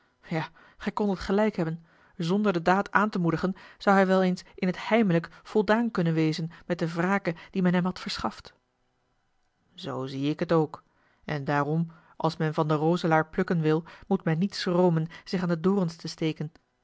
ja gij kondet gelijk hebben zonder de daad aan te moedigen zou hij wel eens in t heimelijk voldaan kunnen wezen met de wrake die men hem had verschaft zoo zie ik het ook en daarom als men van den rozelaar plukken wil moet men niet schromen zich aan de dorens te steken